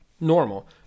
normal